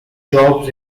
jobs